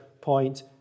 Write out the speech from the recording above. point